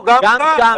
גם שם.